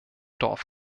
dorf